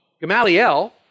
Gamaliel